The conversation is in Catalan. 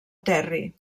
terri